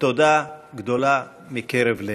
תודה גדולה, מקרב הלב.